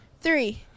three